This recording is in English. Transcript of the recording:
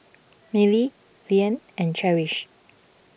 Milly Leanne and Cherise